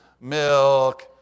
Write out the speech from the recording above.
milk